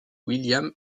william